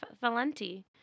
Valenti